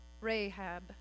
Rahab